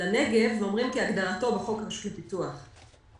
לנגב ואומרים: "כהגדרתו בחוק רשות הפיתוח".